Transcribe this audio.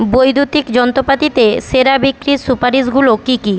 বৈদ্যুতিক যন্ত্রপাতিতে সেরা বিক্রির সুপারিশগুলো কী কী